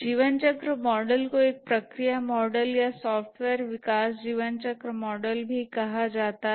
जीवन चक्र मॉडल को एक प्रक्रिया मॉडल या सॉफ्टवेयर विकास जीवनचक्र मॉडल भी कहा जाता है